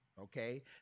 Okay